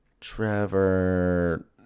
Trevor